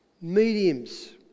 mediums